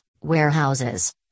warehouses